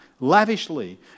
lavishly